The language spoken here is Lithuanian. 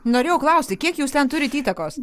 norėjau klausti kiek jūs ten turit įtakos